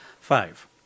Five